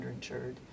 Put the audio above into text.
underinsured